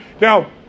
Now